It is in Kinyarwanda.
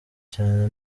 cyane